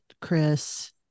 Chris